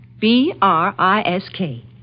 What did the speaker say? B-R-I-S-K